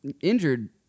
injured